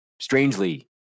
strangely